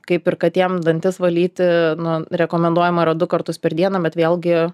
kaip ir katėm dantis valyti nu rekomenduojama yra du kartus per dieną bet vėlgi